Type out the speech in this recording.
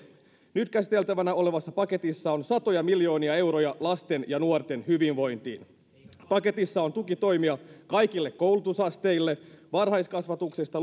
nyt käsiteltävänä olevassa paketissa on satoja miljoonia euroja lasten ja nuorten hyvinvointiin paketissa on tukitoimia kaikille koulutusasteille varhaiskasvatuksesta